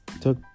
took